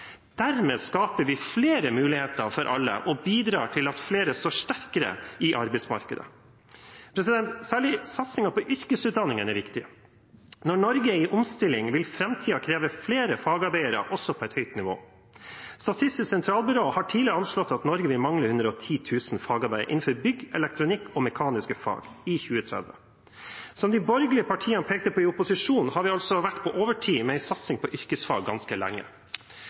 Dermed skaper vi flere muligheter for alle og bidrar til at flere står sterkere i arbeidsmarkedet. Særlig satsingen på yrkesutdanningene er viktig. Når Norge er i omstilling, vil framtiden kreve flere fagarbeidere også på et høyt nivå. Statistisk sentralbyrå har tidligere anslått at Norge vil mangle 110 000 fagarbeidere innen bygg, elektronikk og mekaniske fag i 2030. Som de borgerlige partiene pekte på i opposisjon, har vi vært på overtid med en satsing på yrkesfag ganske lenge.